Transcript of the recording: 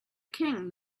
king